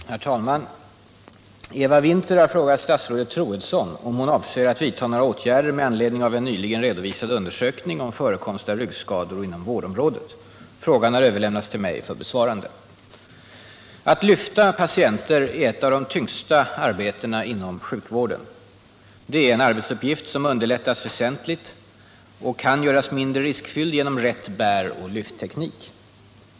Herr talman! Eva Winther har frågat statsrådet Troedsson om hon avser att vidta några åtgärder med anledning av en nyligen redovisad undersökning om förekomst av ryggskador inom vårdområdet. Frågan har överlämnats till mig för besvarande. Att lyfta patienter är ett av de tyngsta arbetena inom sjukvården. Det är en arbetsuppgift som underlättas väsentligt och kan göras mindre riskfylld genom rätt bäroch lyftteknik.